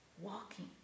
Walking